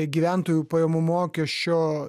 gyventojų pajamų mokesčio